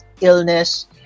illness